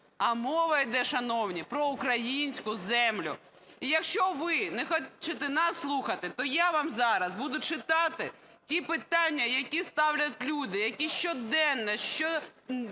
А мова іде, шановні, про українську землю. І якщо ви не хочете нас слухати, то я вам зараз буду читати ті питання, які ставлять люди, які щоденно,